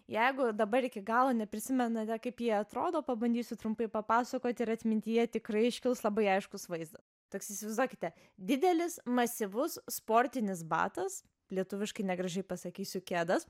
jeigu dabar iki galo neprisimenate kaip jie atrodo pabandysiu trumpai papasakoti ir atmintyje tikrai iškils labai aiškus vaizdas toks įsivaizduokite didelis masyvus sportinis batas lietuviškai negražiai pasakysiu kedas